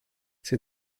sie